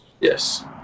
Yes